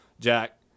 Jack